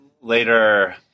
later